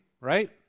right